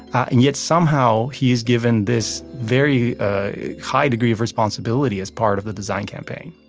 and yet somehow he's given this very high degree of responsibility as part of the design campaign